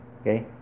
okay